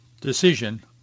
decision